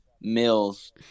Mills